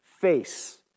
face